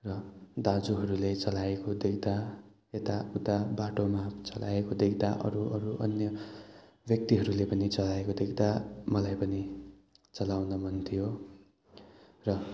र दाजुहरूले चलाएको देख्दा यता उता बाटोमा चलाएको देख्दा अरू अरू अन्य व्यक्तिहरूले पनि चलाएको देख्दा मलाई पनि चलाउन मन थियो र